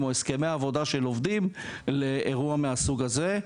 או הסכמי עבודה של עובדים לאירוע מהסוג הזה,